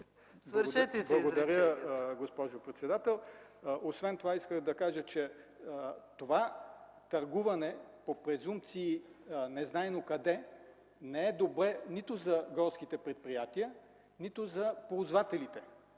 Благодаря, госпожо председател. Освен това исках да кажа, че това търгуване по презумпции незнайно къде, не е добре нито за горските предприятия, нито за ползвателите.